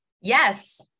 Yes